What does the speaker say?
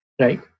right